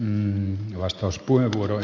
an vastauspuheenvuoroja